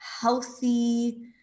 healthy